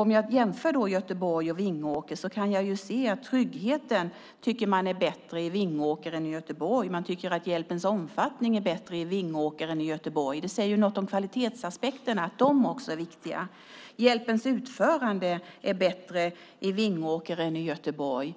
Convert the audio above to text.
Om jag jämför Göteborg och Vingåker kan jag se att man tycker att tryggheten är bättre i Vingåker än i Göteborg. Man tycker att hjälpens omfattning är bättre i Vingåker än i Göteborg. Det säger något om att kvalitetsaspekterna också är viktiga. Hjälpens utförande är bättre i Vingåker än i Göteborg